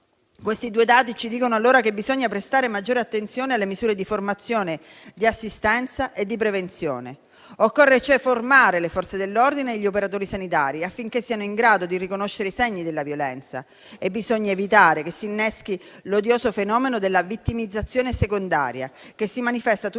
Questi due dati ci dicono allora che bisogna prestare maggiore attenzione alle misure di formazione, di assistenza e di prevenzione. Occorre cioè formare le Forze dell'ordine e gli operatori sanitari, affinché siano in grado di riconoscere i segni della violenza e bisogna evitare che si inneschi l'odioso fenomeno della vittimizzazione secondaria, che si manifesta tutte